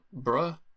bruh